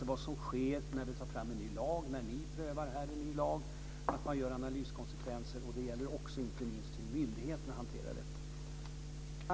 När vi föreslår en ny lag och ni prövar den här i riksdagen gäller det att man gör analyskonsekvenser. Inte minst gäller det också hur myndigheterna hanterar detta.